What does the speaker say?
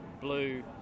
blue